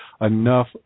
enough